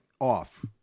off